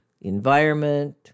environment